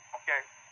okay